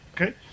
okay